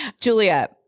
Julia